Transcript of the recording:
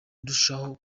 ndushaho